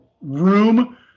room